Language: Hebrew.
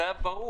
זה היה ברור.